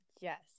Yes